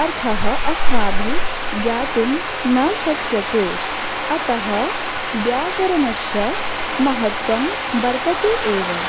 अर्थः अस्माभिः ज्ञातुं न शक्यते अतः व्याकरणस्य महत्वं वर्तते एव